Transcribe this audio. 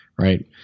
right